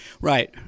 Right